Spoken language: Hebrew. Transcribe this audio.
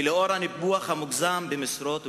ולנוכח הניפוח המוגזם במשרות ובתפקידים,